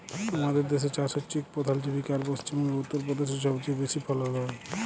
আমাদের দ্যাসে চাষ হছে ইক পধাল জীবিকা আর পশ্চিম বঙ্গে, উত্তর পদেশে ছবচাঁয়ে বেশি ফলল হ্যয়